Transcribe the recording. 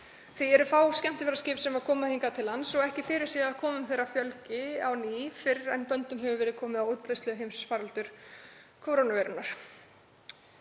Því eru fá skemmtiferðaskip sem koma hingað til lands og ekki fyrirséð að komum þeirra fjölgi á ný fyrr en böndum hefur verið komið á útbreiðslu heimsfaraldurs kórónuveiru.